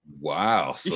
Wow